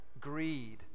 greed